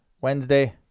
Wednesday